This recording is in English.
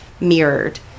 mirrored